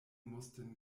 mussten